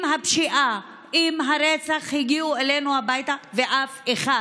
אם הפשיעה ואם הרצח הגיעו אלינו הביתה, ואף אחד